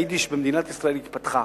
היידיש במדינת ישראל התפתחה,